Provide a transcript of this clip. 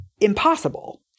impossible